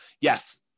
yes